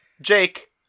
Jake